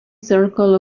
circle